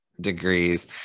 degrees